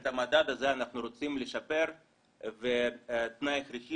את המדד הזה אנחנו רוצים לשפר ותנאי הכרחי